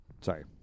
Sorry